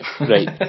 right